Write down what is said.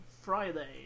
Friday